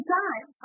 time